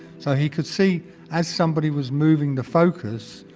so he could see as somebody was moving the focus,